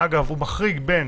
אגב, הוא מחריג בין